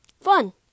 fun